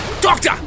Doctor